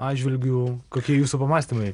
atžvilgiu kokie jūsų pamąstymai